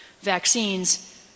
vaccines